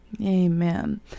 Amen